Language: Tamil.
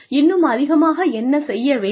இன்னும் அதிகமாக என்ன செய்ய வேண்டும்